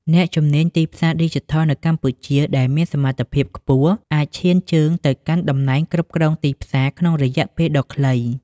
អ្នកជំនាញទីផ្សារឌីជីថលនៅកម្ពុជាដែលមានសមត្ថភាពខ្ពស់ អាចឈានជើងទៅកាន់តំណែងគ្រប់គ្រងទីផ្សារ ក្នុងរយៈពេលដ៏ខ្លី។